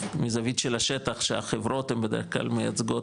מזווית של השטח שהחברות בדרך כלל מייצגות